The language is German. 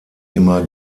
immer